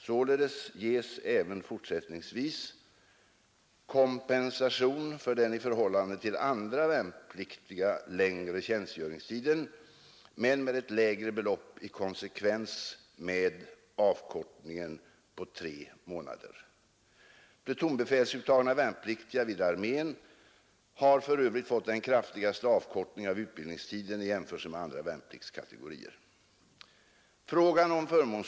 Således ges även fortsättningsvis kompensation för den i förhållande till andra värnpliktiga längre tjänstgöringstiden, men med ett lägre belopp i konsekvens med avkortningen på tre månader. Plutonsbefälsuttagna värnpliktiga vid armén har för övrigt fått den kraftigaste avkortningen av utbildningstiden i jämförelse med andra värnpliktskategorier.